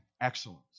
excellence